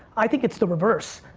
i think it's the reverse.